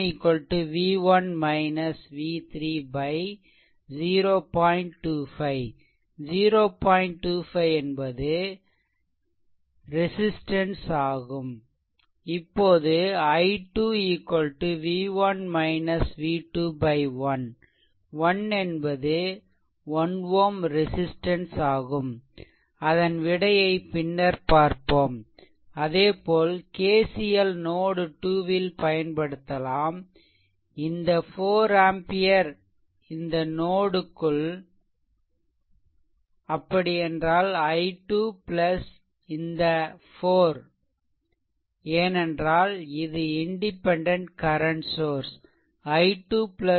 25 Ω resistance ஆகும் இப்போது i 2 v1 v2 1 1 என்பது 1 Ω ரெசிஷ்ட்டன்ஸ் ஆகும் அதன் விடையை பின்னர் பார்ப்போம் அதேபோல் KCL நோட் 2 ல் பயன்படுத்தலாம் இந்த 4 ஆம்பியர் இந்த நோட் ஐ க்குள் அப்படியென்றால் i 2 இந்த 4 ஏனென்றால் இது independent current source i 2 4 i3